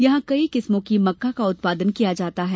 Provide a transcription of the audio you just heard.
यहां कई किस्मों की मक्का का उत्पादन किया जाता है